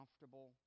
comfortable